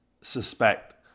suspect